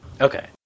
Okay